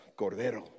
Cordero